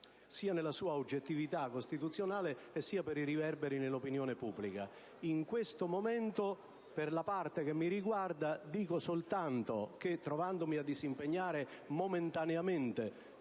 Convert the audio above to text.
sia nella sua oggettività costituzionale sia per i riverberi sull'opinione pubblica. In questo momento, per la parte che mi riguarda, dico soltanto che, trovandomi a disimpegnare momentaneamente